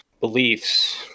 beliefs